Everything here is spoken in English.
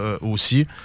aussi